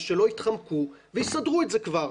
אז שלא יתחמקו ויסדרו את זה כבר.